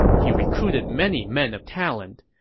he recruited many men of talent,